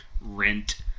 Rent